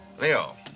Leo